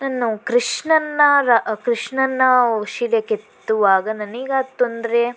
ನಾನು ಕೃಷ್ಣನ್ನ ಕೃಷ್ಣನ್ನ ಶಿಲೆ ಕೆತ್ತುವಾಗ ನನಗಾದ ತೊಂದರೆ